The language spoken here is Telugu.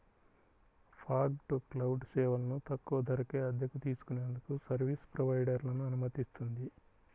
ఫాగ్ టు క్లౌడ్ సేవలను తక్కువ ధరకే అద్దెకు తీసుకునేందుకు సర్వీస్ ప్రొవైడర్లను అనుమతిస్తుంది